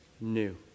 new